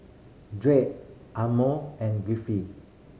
Drake Ammon and Griffith